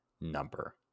number